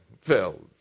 Phil